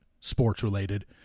sports-related